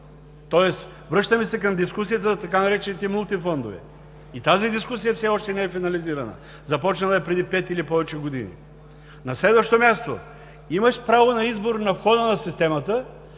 тоест връщаме се към дискусията за така наречените „мултифондове“. И тази дискусия все още не е финализирана. Започнала е преди пет или повече години. На следващо място, имаш право на избор на входа на системата,